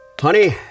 Honey